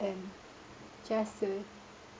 and just to